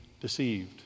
deceived